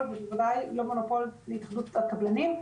ובוודאי לא מונופול להתאחדות הקבלנים.